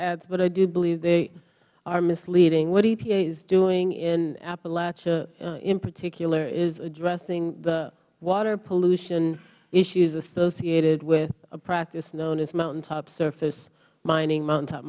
ads but i do believe they are misleading what epa is doing in appalachia in particular is addressing the water pollution issues associated with a practice known as mountain top surface mining mountain top